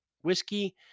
whiskey